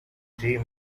drew